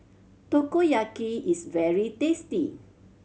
takoyaki is very tasty